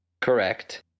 correct